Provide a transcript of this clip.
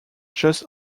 just